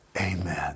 amen